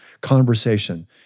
conversation